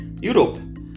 Europe